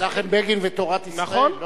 מנחם בגין ותורת ישראל.